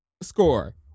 score